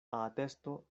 atesto